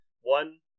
One